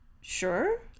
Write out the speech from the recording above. sure